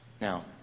Now